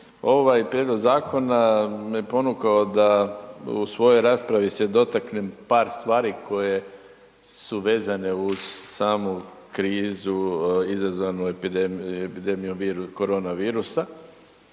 ovaj prijedlog zakona me ponukao da u svojoj raspravi se dotaknem par stvari koje su vezane uz samu krizu izazvanu epidemijom korona virusa